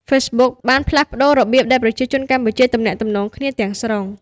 Facebook បានផ្លាស់ប្ដូររបៀបដែលប្រជាជនកម្ពុជាទំនាក់ទំនងគ្នា ទាំងស្រុង។